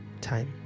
time